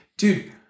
Dude